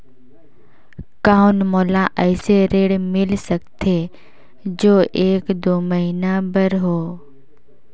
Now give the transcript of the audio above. कौन मोला अइसे ऋण मिल सकथे जो एक दो महीना बर हो?